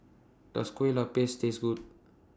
Does Kueh Lopes Taste Good